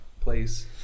Please